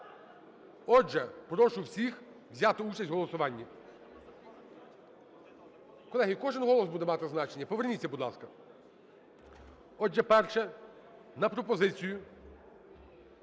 Отже, прошу всіх взяти участь у голосуванні. Колеги, кожен голос буде мати значення, поверніться, будь ласка. Отже, перше, на пропозицію